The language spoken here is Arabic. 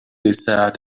الساعة